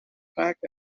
track